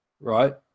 right